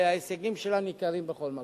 וההישגים שלה ניכרים בכל מקום.